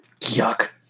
Yuck